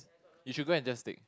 you should go and just take